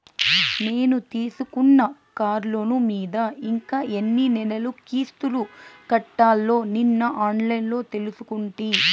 నేను తీసుకున్న కార్లోను మీద ఇంకా ఎన్ని నెలలు కిస్తులు కట్టాల్నో నిన్న ఆన్లైన్లో తెలుసుకుంటి